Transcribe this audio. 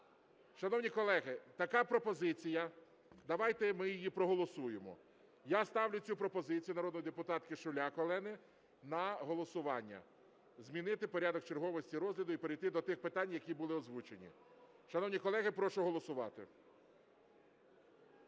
Шановні колеги, така пропозиція, давайте ми її проголосуємо. Я ставлю цю пропозицію народної депутатки Шуляк Олени на голосування: змінити порядок черговості розгляду і перейти до тих питань, які були озвучені. Шановні колеги, прошу голосувати.